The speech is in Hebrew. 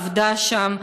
עבדה שם,